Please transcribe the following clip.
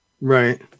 right